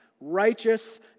righteous